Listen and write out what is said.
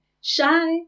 Shy